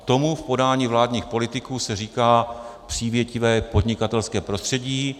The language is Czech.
Tomu se v podání vládních politiků říká přívětivé podnikatelské prostředí.